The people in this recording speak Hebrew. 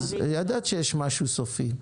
אם כן, ידעת שיש משהו סופי.